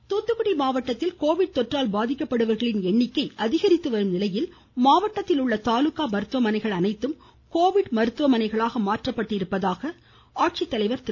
corona Thoothukudi Thoothukudi மாவட்டத்தில் Covid தொற்றால் பாதிக்கப்படுபவர்களின் எண்ணிக்கை அதிகரித்து வரும் நிலையில் மாவட்டத்தில் உள்ள தாலுக்கா மருத்துவமனைகள் கோவிட் மருத்துவமனைகளாக மாற்றப்பட்டுள்ளதாக ஆட்சித்தலைவர் திரு